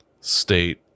state